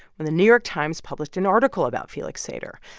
when the new york times published an article about felix sater.